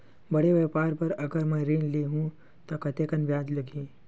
बड़े व्यापार बर अगर मैं ऋण ले हू त कतेकन ब्याज लगही?